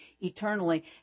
eternally